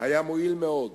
היה מועיל מאוד.